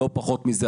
לא פחות מזה,